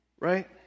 right